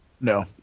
No